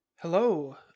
hello